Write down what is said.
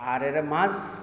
আর এরা মাছ